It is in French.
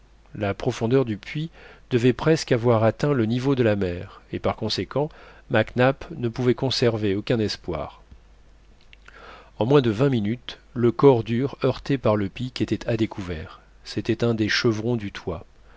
la profondeur du puits devait presque avoir atteint le niveau de la mer et par conséquent mac nap ne pouvait conserver aucun espoir en moins de vingt minutes le corps dur heurté par le pic était à découvert c'était un des chevrons du toit